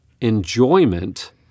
enjoyment